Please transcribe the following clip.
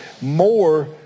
more